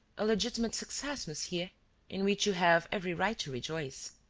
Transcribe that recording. a legitimate success, monsieur, in which you have every right to rejoice.